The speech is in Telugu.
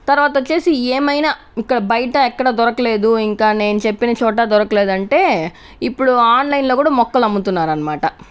తర్వాతొచ్చేసి ఏమైనా ఇక్కడ బయట ఎక్కడా దొరకలేదు ఇంకా నేను చెప్పిన చోట దొరకలేదంటే ఇప్పుడు ఆన్లైన్ లో కూడా మొక్కలు అమ్ముతున్నారన్మాట